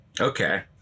Okay